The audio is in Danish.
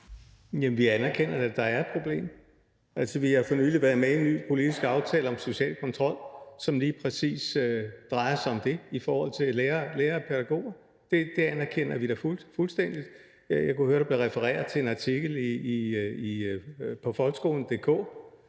vi anerkender da, at der er et problem. Altså, vi har for nylig været med i en ny politisk aftale om social kontrol, som lige præcis drejer sig om det, i forhold til lærere og pædagoger. Det anerkender vi da fuldstændig. Jeg kunne høre, at der blev refereret til en artikel fra folkeskolen.dk,